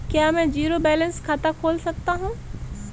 क्या मैं zero balance खाता खोल सकता हूँ?